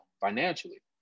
financially